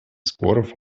споров